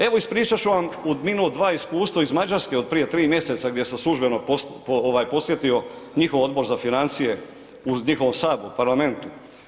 Evo ispirat ću vam u minut, dva, iskustvo iz Mađarske od prije 3 mjeseca gdje sam služeno posjetio njihov Odbor za financije u njihovom saboru, parlamentu.